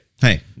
Hey